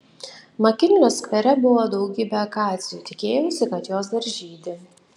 makinlio skvere buvo daugybė akacijų tikėjausi kad jos dar žydi